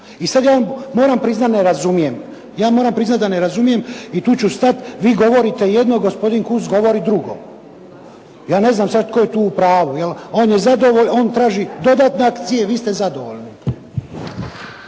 I sad ja moram priznati da ne razumijem i tu ću stati. Vi govorite jedno a gospodin Kunst govori drugo. Ja ne znam sad tko je tu u pravu. On traži dodatne akcije, vi ste zadovoljni.